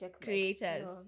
creators